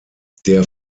der